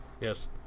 Yes